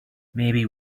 maybe